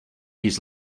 his